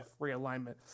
realignment